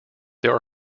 there